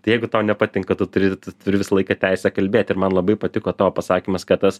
tai jeigu tau nepatinka tu turi tu turi visą laiką teisę kalbėt ir man labai patiko tavo pasakymas kad tas